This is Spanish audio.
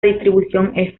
distribución